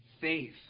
faith